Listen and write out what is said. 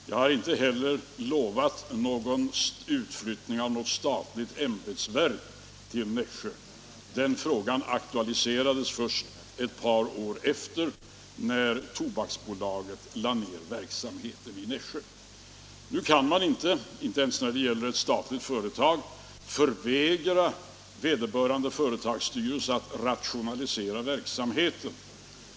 Jag har inte heller lovat utflyttning av något statligt ämbetsverk till Nässjö. Den frågan aktualiserades först ett par år senare, när Tobaksbolaget lade ner verksamheten i Nässjö. Man kan inte, inte ens när det gäller ett statligt företag, vägra vederbörande företagsstyrelse rätten att rationalisera verksamheten.